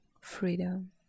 freedom